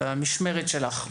במשמרת שלך,